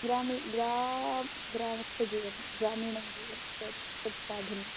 ग्रामे ग्रामे ग्रामस्य जीवने ग्रामीणजीवने साधनम्